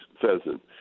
pheasant